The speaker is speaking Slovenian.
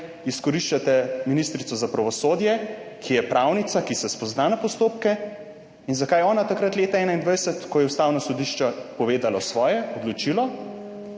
izkoriščate ministrico za pravosodje, ki je pravnica, ki se spozna na postopke, in zakaj ona takrat leta 2021, ko je Ustavno sodišče povedalo svoje, odločilo,